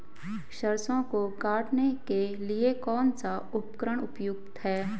सरसों को काटने के लिये कौन सा उपकरण उपयुक्त है?